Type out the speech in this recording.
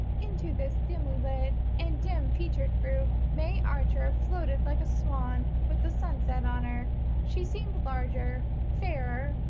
into this dimly-lit and dim-featured group may archer floated like a swan with the sunset on her she seemed larger, fairer,